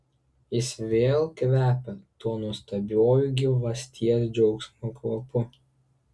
jis vėl kvepia tuo nuostabiuoju gyvasties džiaugsmo kvapu